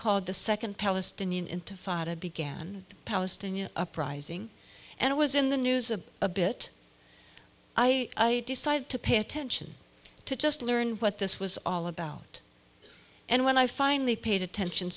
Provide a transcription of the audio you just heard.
called the second palestinian intifada began the palestinian uprising and it was in the news a a bit i decided to pay attention to just learn what this was all about and when i finally paid attention